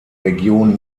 region